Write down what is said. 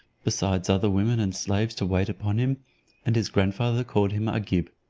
besides other women and slaves to wait upon him and his grandfather called him agib.